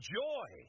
joy